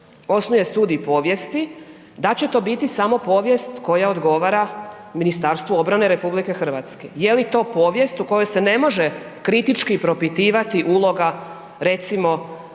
osnuje studij povijesti, da će to biti samo povijest koja odgovara MORH-u RH, je li to povijest u kojoj se ne može kritički propitivati uloga recimo